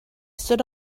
stood